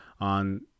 on